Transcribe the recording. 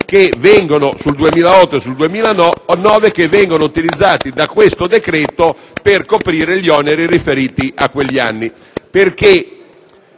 copertura sul 2008 e sul 2009, che vengono utilizzati da questo decreto per coprire gli oneri riferiti a quegli anni. Infatti,